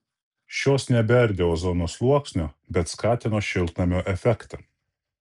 šios nebeardė ozono sluoksnio bet skatino šiltnamio efektą